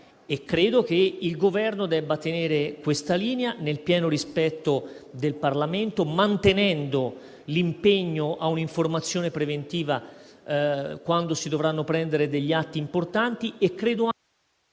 Credo che il Governo debba tenere questa linea, nel pieno rispetto del Parlamento e mantenendo l'impegno a un'informazione preventiva quando si dovranno approvare degli atti importanti.